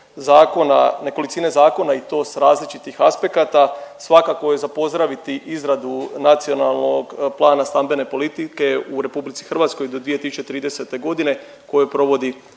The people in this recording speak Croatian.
zakona, nekolicine zakona i to s različitih aspekata, svakako je za pozdraviti izradu Nacionalnog plana stambene politike u RH do 2030. g. koju provodi